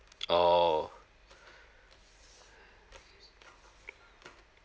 oh